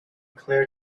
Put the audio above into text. clear